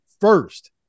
first